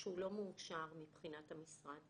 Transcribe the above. שהיא לא מאושרת מבחינת המשרד,